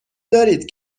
دارید